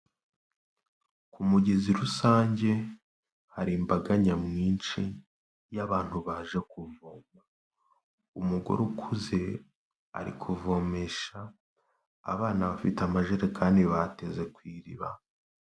Ku mugezi rusange hari imbaga nyamwinshi y'abantu baje kuvoma, umugore ukuze ari kuvomesha, abana bafite amajerekani bateze ku iriba.